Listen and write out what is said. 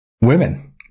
Women